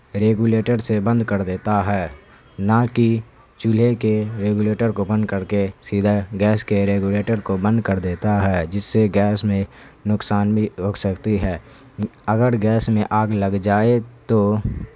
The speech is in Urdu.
ریگولیٹر سے بند کر دیتا ہے نہ کہ چولہے کے ریگولیٹر کو بند کر کے سیدھا گیس کے ریگولیٹر کو بند کر دیتا ہے جس سے گیس میں نقصان بھی رکھ سکتی ہے اگر گیس میں آگ لگ جائے تو